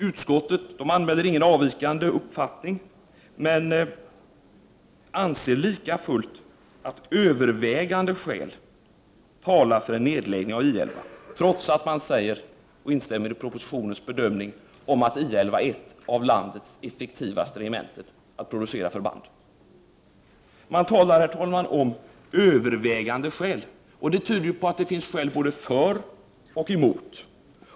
Utskottet anmäler ingen avvikande uppfattning men anser likafullt att övervägande skäl talar för en nedläggning I 11, trots att man instämmer i propositionens bedömning om att I 11 är ett av landets effektivaste regementen att producera förband. Man talar alltså, herr talman, om övervägande skäl. Det tyder på att det finns skäl både för och emot.